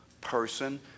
person